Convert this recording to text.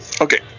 okay